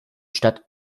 stadt